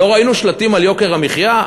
לא ראינו שלטים על יוקר המחיה,